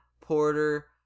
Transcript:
Porter